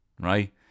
right